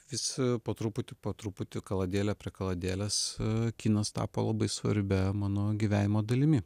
vis po truputį po truputį kaladėlė prie kaladėlės kinas tapo labai svarbia mano gyvenimo dalimi